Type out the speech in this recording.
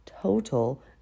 total